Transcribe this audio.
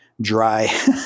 dry